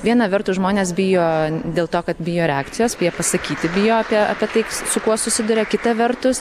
viena vertus žmonės bijo dėl to kad bijo reakcijos bijo pasakyti bijo apie apie tai su kuo susiduria kita vertus